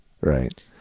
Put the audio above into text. Right